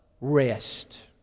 rest